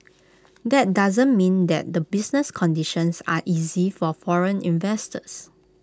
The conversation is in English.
that doesn't mean their business conditions are easy for foreign investors